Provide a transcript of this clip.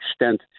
extent